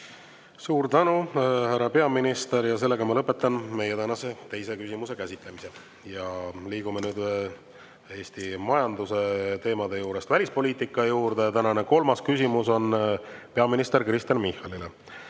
Suur tänu, härra peaminister! Ma lõpetan meie tänase teise küsimuse käsitlemise. Liigume Eesti majanduse teemade juurest välispoliitika juurde. Tänane kolmas küsimus on peaminister Kristen Michalile.